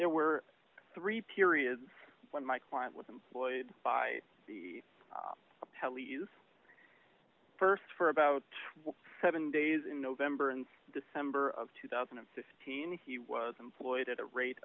there were three periods when my client was employed by the first for about seven days in november and december of two thousand and fifteen he was employed at a rate